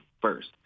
first